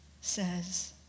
says